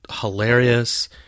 hilarious